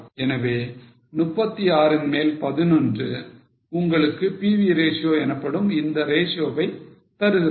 எனவே 36 ன் மேல்11 உங்களுக்கு PV ratio எனப்படும் இந்த ratio வை தருகிறது